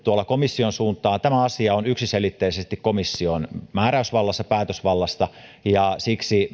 komission suuntaan tämä asia on yksiselitteisesti komission määräys ja päätösvallassa ja siksi